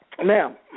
Now